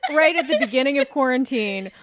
right at the beginning of quarantine,